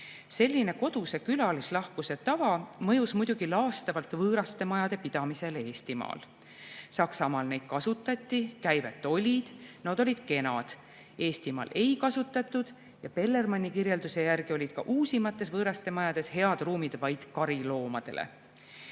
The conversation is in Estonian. Selline koduse külalislahkuse tava mõjus muidugi laastavalt võõrastemajade pidamisele Eestimaal. Saksamaal neid kasutati, käivet oli ja nood olid kenad, Eestimaal aga ei kasutatud, ja Bellermanni kirjelduse järgi olid ka uusimates võõrastemajas head ruumid vaid kariloomadele. Soome